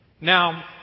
Now